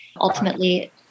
ultimately